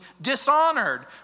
dishonored